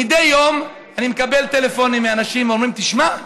מדי יום אני מקבל טלפונים מאנשים שאומרים: תשמע,